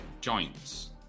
joints